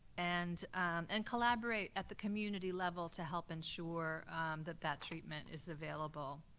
and and collaborate at the community level to help ensure that that treatment is available.